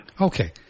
Okay